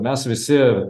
mes visi